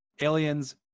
aliens